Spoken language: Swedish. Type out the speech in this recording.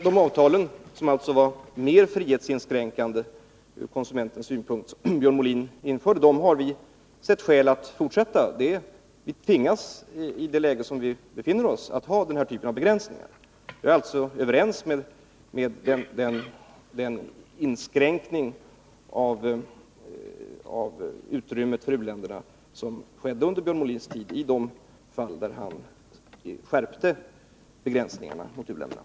Dessa avtal, som Björn Molin införde och som alltså var mer frihetsinskränkande ur konsumentens synpunkt, har vi funnit skäl att fortsätta med. Vi tvingas, i det läge vi befinner ossi, att ha denna typ av begränsningar. Vi är alltså överens om den inskränkning av utrymmet för u-länderna som skedde under Björn Molins tid i de fall där han skärpte begränsningarna mot u-länderna.